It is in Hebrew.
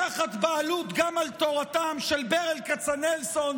לקחת בעלות גם על תורתם של ברל כצנלסון,